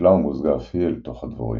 בוטלה ומוזגה אף היא אל תוך הדבוריים.